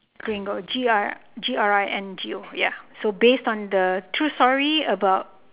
gringo G R G R I N G O ya so based on the true story about